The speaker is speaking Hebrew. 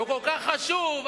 כל כך חשוב,